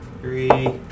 Three